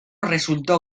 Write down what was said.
resultó